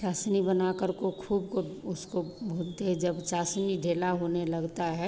चाशनी बना करको खूब को उसको भूनते हैं जब चाशनी ढेला होने लगती है